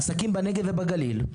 עסקים בנגב ובגליל,